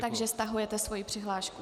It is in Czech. Takže stahujete svoji přihlášku.